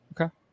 Okay